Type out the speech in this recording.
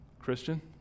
Christian